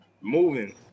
Moving